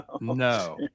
No